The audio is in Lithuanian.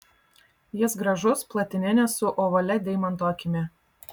jis gražus platininis su ovalia deimanto akimi